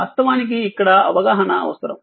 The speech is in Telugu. వాస్తవానికి ఇక్కడ అవగాహన అవసరం